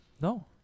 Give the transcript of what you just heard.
No